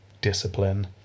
discipline